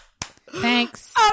thanks